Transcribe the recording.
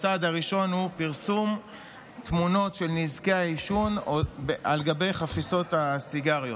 הצעד הראשון הוא פרסום תמונות של נזקי העישון על גבי חפיסות הסיגריות,